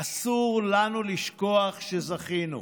אסור לנו לשכוח שזכינו.